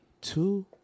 two